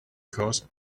cost